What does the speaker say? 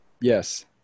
yes